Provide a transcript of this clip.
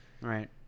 Right